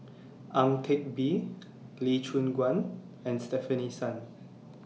Ang Teck Bee Lee Choon Guan and Stefanie Sun